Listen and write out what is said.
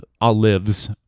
olives